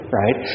right